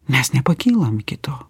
mes nepakylam iki to